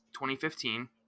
2015